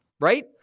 right